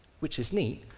which is neat,